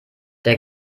der